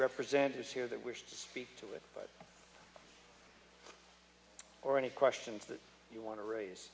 representatives here that wish to speak to it or any questions that you want to raise